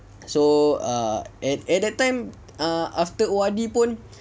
so err at at that time ah after O_R_D pun